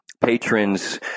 patrons